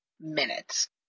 minutes